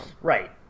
Right